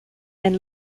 and